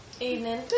Evening